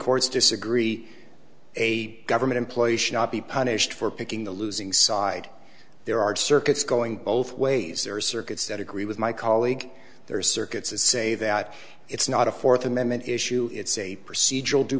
court's disagree a government employee should not be punished for picking the losing side there are circuits going both ways there are circuits that agree with my colleague there circuits that say that it's not a fourth amendment issue it's a procedural due